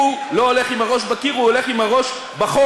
הוא לא הולך עם הראש בקיר, הוא הולך עם הראש בחול.